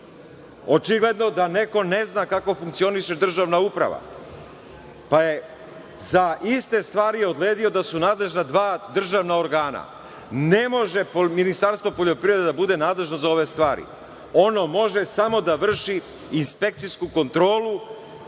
Očigledno da neko ne zna kako funkcioniše državna uprava, pa je za iste stvari odredio da su nadležna dva državna organa. Ne može Ministarstvo poljoprivrede da bude nadležno za ove stvari. Ono može samo da vrši inspekcijsku kontrolu,